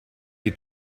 die